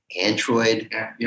android